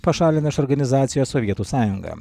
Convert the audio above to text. pašalina iš organizacijos sovietų sąjungą